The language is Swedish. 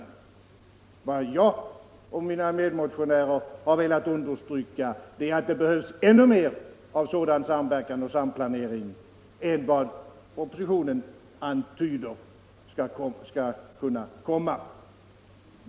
Vad jag och mina medmotionärer har velat understryka är att det behövs ännu mer av samverkan och samplanering än vad propositionen antyder.